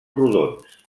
rodons